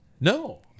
no